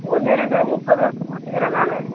ஒன்று ரெண்டு இல்லை முப்பது வருஷமாக ஊத்திக்கிறேன் நான்